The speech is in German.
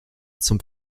zum